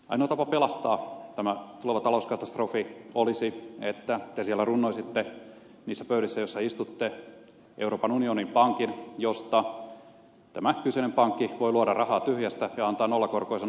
ainoa tapa pelastaa tämä tuleva talouskatastrofi olisi että te siellä runnoisitte niissä pöydissä joissa istutte euroopan unionin pankin josta tämä kyseinen pankki voi luoda rahaa tyhjästä ja antaa nollakorkoisena lainana